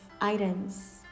items